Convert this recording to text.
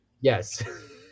Yes